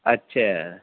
اچھا